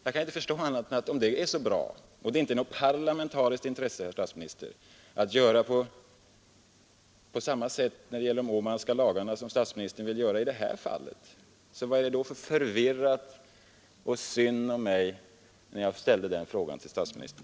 Om det sättet är så bra i fråga om de Åmanska lagarna och det inte är något parlamentariskt intresse att göra på annat sätt i det fallet, varför är det då så förvirrat av mig att ställa den här frågan till statsministern om att uppskjuta behandlingen av AP-propositionen också till efter valet?